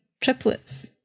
triplets